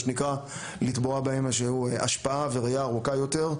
שנקרא לטבוע בהם השפעה וראייה ארוכה יותר,